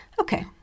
Okay